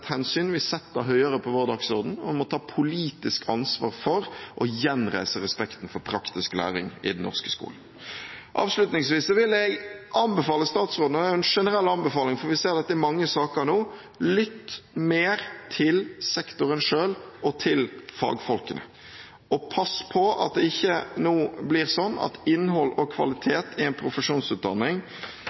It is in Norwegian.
hensyn vi setter høyere på vår dagsorden, og vi må ta politisk ansvar for å gjenreise respekten for praktisk læring i den norske skolen. Avslutningsvis vil jeg anbefale statsråden – og det er en generell anbefaling, for vi ser at det er mange saker nå: Lytt mer til sektoren selv og til fagfolkene og pass på at det ikke nå blir sånn at innhold og kvalitet i en profesjonsutdanning